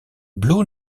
blue